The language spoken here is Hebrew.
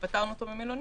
שפטרנו אותו ממלונית,